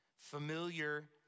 Familiar